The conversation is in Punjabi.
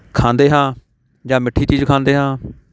ਖਾਂਦੇ ਹਾਂ ਜਾਂ ਮਿੱਠੀ ਚੀਜ਼ ਖਾਂਦੇ ਹਾਂ